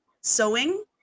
sewing